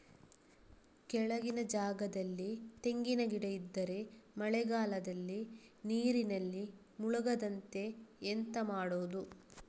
ಕೆಳಗಿನ ಜಾಗದಲ್ಲಿ ತೆಂಗಿನ ಗಿಡ ಇದ್ದರೆ ಮಳೆಗಾಲದಲ್ಲಿ ನೀರಿನಲ್ಲಿ ಮುಳುಗದಂತೆ ಎಂತ ಮಾಡೋದು?